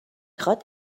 خواد